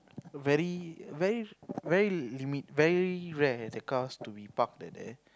very very very very rare the cars to park at there